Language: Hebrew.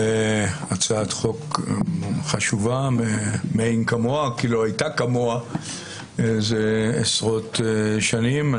הצעת חוק חשובה מאין כמוה כי לא היתה כמוה זה עשרות שנים.